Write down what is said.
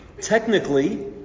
Technically